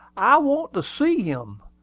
i want to see him.